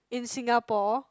in Singapore